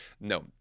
No